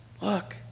look